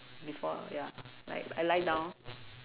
before ya like I lie down